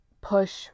push